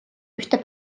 ühte